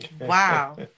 Wow